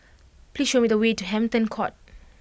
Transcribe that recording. please show me the way to Hampton Court